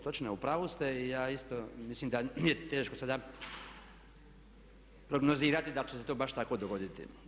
Točno je, u pravu ste i ja isto mislim da nije teško sada prognozirati da će se to baš tako dogoditi.